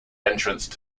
entrance